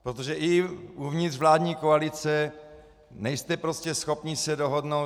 Protože i uvnitř vládní koalice nejste prostě schopni se dohodnout.